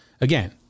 Again